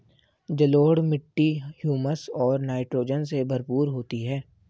जलोढ़ मिट्टी हृयूमस और नाइट्रोजन से भरपूर होती है